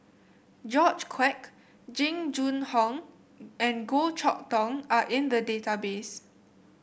George Quek Jing Jun Hong and Goh Chok Tong are in the database